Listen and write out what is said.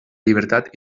llibertat